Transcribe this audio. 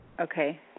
Okay